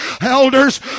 elders